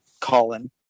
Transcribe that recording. Colin